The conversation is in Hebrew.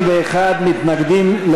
61 מתנגדים,